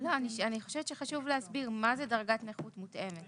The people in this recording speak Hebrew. אני חושבת שחשוב להסביר מה זה לפי דרגת נכות מותאמת.